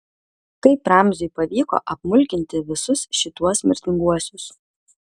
kaip ramziui pavyko apmulkinti visus šituos mirtinguosius